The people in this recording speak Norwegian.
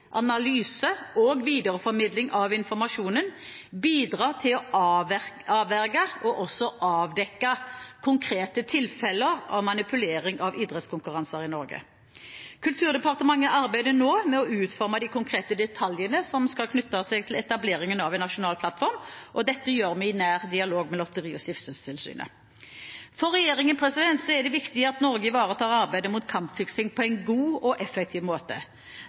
analyse og videreformidling av informasjon bidra til å avverge og også avdekke konkrete tilfeller av manipulering av idrettskonkurranser i Norge. Kulturdepartementet arbeider nå med å utforme de konkrete detaljene knyttet til etableringen av en nasjonal plattform. Dette gjør vi i nær dialog med Lotteri- og stiftelsestilsynet. For regjeringen er det viktig at Norge ivaretar arbeidet mot kampfiksing på en god og effektiv måte.